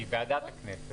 מוועדת הכנסת.